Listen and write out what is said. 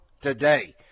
today